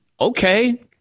Okay